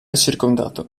circondato